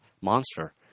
monster